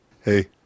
Hey